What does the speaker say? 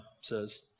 says